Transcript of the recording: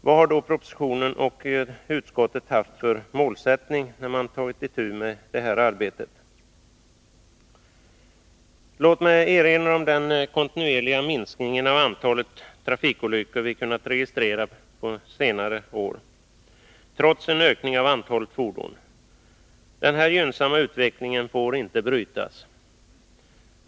Vad har då propositionsskrivaren och utskottet haft för målsättning, när man tagit itu med det här arbetet? Låt mig erinra om den kontinuerliga minskning av antalet trafikolyckor som vi kunnat registrera på senare år, trots en ökning av antalet fordon. Denna gynnsamma utveckling får inte brytas.